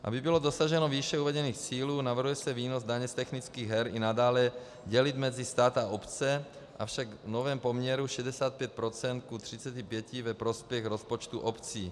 Aby bylo dosaženo výše uvedených cílů, navrhuje se výnos daně z technických her i nadále dělit mezi stát a obce, avšak v novém poměru 65:35 ve prospěch rozpočtů obcí.